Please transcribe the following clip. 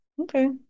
Okay